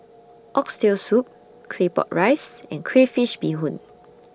Oxtail Soup Claypot Rice and Crayfish Beehoon